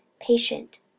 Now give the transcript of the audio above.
patient